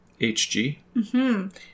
HG